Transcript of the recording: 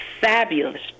fabulous